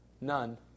None